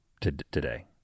today